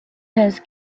has